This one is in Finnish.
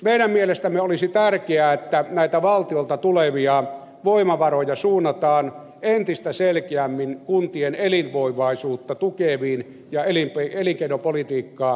meidän mielestämme olisi tärkeää että näitä valtiolta tulevia voimavaroja suunnataan entistä selkeämmin kuntien elinvoimaisuutta tukeviin ja elinkeinopolitiikkaa tehostaviin kohteisiin